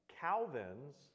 Calvin's